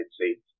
States